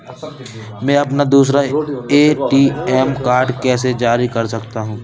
मैं अपना दूसरा ए.टी.एम कार्ड कैसे जारी कर सकता हूँ?